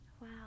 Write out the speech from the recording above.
wow